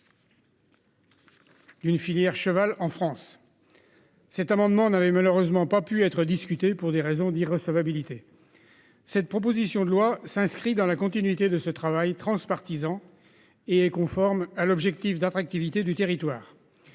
D'une filière cheval en France. Cet amendement n'avait malheureusement pas pu être discutée, pour des raisons d'irrecevabilité. Cette proposition de loi s'inscrit dans la continuité de ce travail transpartisan et est conforme à l'objectif d'attractivité du territoire.